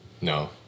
No